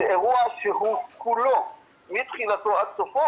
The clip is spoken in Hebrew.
זה אירוע שהוא כולו מתחילתו ועד סופו,